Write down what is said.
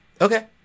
Okay